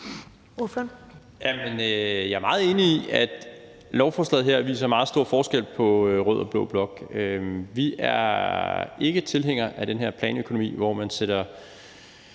Jeg er meget enig i, at lovforslaget her viser en meget stor forskel på rød og blå blok. Vi er ikke tilhængere af den her planøkonomi, hvor man sætter